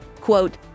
quote